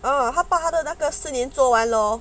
ah 他把他的那个四年做完 lor